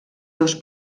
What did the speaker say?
dos